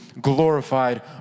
glorified